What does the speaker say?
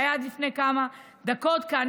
שהיה עד לפני כמה דקות כאן,